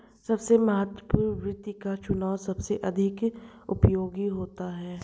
सबसे महत्वपूर्ण वित्त का चुनाव सबसे अधिक उपयोगी होता है